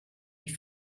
die